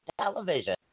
television